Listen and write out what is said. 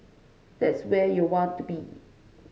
that's where you'll want to be